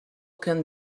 can